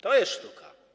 To jest sztuka.